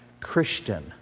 Christian